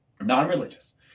non-religious